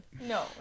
No